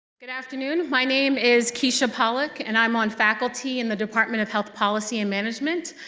good afternoon, my name is keshia pollack and i'm on faculty in the department of health policy and management,